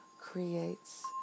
creates